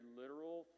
literal